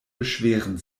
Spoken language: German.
beschweren